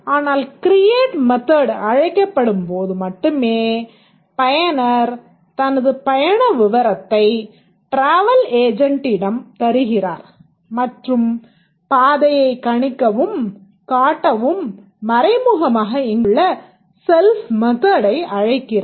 ஆனால் create method அழைக்கப்படும் போது மட்டுமே பயனர் தனது பயண விவரத்தை டிராவல் ஏஜென்டிடம் தருகிறார் மற்றும் பாதையை கணிக்கவும் காட்டவும் மறைமுகமாக இங்குள்ள செல்ஃப் மெத்தடை அழைக்கிறார்